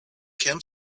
camp